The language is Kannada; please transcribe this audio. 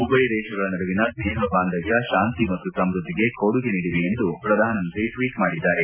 ಉಭಯ ದೇಶಗಳ ನಡುವಿನ ಸ್ನೇಹ ಬಾಂಧವ್ಯ ಶಾಂತಿ ಮತ್ತು ಸಮೃದ್ಧಿಗೆ ಕೊಡುಗೆ ನೀಡಿವೆ ಎಂದು ಪ್ರಧಾನಮಂತ್ರಿ ಟ್ವೀಟ್ ಮಾಡಿದ್ದಾರೆ